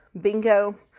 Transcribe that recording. bingo